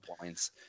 points